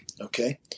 Okay